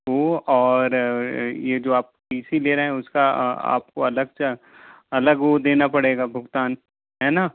वो और ये जो आप टी सी ले रहे हैं उसका आपको अलग से अलग वो देना पड़ेगा भुगतान है ना